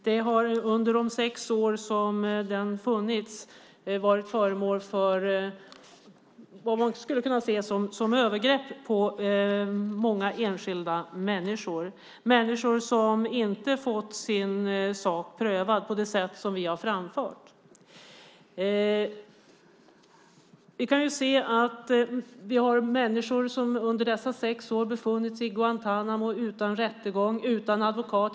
Den har under de sex år som den har funnits varit en plats för vad man skulle kunna se som övergrepp på många enskilda människor - människor som inte har fått sin sak prövad på det sätt som vi har framfört. Vi kan se att det finns människor som under dessa sex år har befunnit sig i Guantánamo utan rättegång och utan advokat.